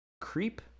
creep